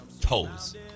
toes